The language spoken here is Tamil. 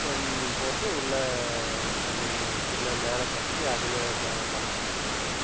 ஒன்று போட்டு உள்ள இது பண்ணி பின்ன மேலே கட்டி அதில் ப பழக்கி கொடுத்தாங்க